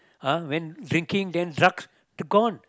uh went drinking then drugs gone